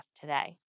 today